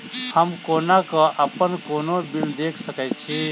हम कोना कऽ अप्पन कोनो बिल देख सकैत छी?